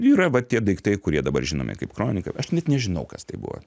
yra va tie daiktai kurie dabar žinomi kaip kronika aš net nežinau kas tai buvo